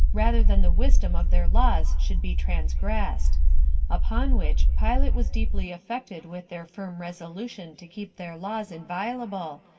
rather than the wisdom of their laws should be transgressed upon which pilate was deeply affected with their firm resolution to keep their laws inviolable,